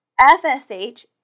FSH